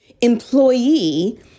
employee